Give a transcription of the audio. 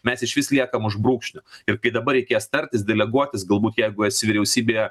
mes išvis liekam už brūkšnio ir dabar reikės tartis deleguotus galbūt jeigu esi vyriausybėje